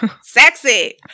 sexy